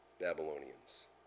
Babylonians